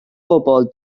bobol